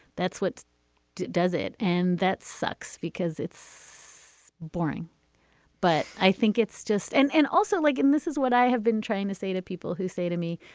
that's what does it and that sucks because it's boring but i think it's just and and also like and this is what i have been trying to say to people who say to me,